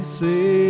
say